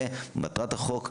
ומטרת החוק,